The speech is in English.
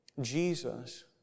Jesus